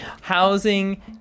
Housing